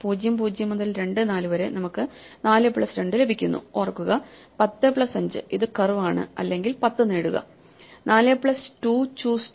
0 0 മുതൽ 2 4 വരെ നമുക്ക് 4 പ്ലസ് 2 ലഭിക്കുന്നു ഓർക്കുക10 പ്ലസ് 5 ഇത് കർവ് ആണ് അല്ലെങ്കിൽ 10 നേടുക 4 പ്ലസ് 2 ചൂസ് 2